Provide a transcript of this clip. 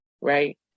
Right